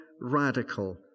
radical